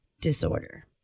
disorder